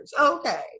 Okay